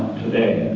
today.